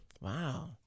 Wow